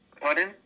Pardon